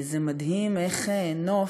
זה מדהים איך נוף,